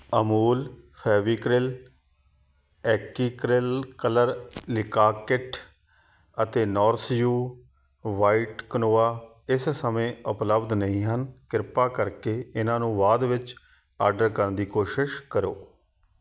Amul Fevicryl acrylic colour ਲਿਕਾ kit ਅਤੇ Nourish You white quinoa ਇਸ ਸਮੇਂ ਉਪਲੱਬਧ ਨਹੀਂ ਹਨ ਕ੍ਰਿਪਾ ਕਰਕੇ ਇਹਨਾਂ ਨੂੰ ਬਾਅਦ ਵਿੱਚ ਆਰਡਰ ਕਰਨ ਦੀ ਕੋਸ਼ਿਸ਼ ਕਰੋ